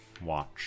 Watch